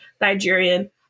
Nigerian